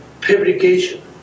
fabrication